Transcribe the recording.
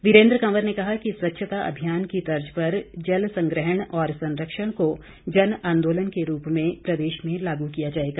वीरेन्द्र कंवर ने कहा कि स्वच्छता अभियान की तर्ज पर जल संग्रहण और संरक्षण को जन आंदोलन के रूप में प्रदेश में लागू किया जाएगा